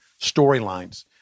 storylines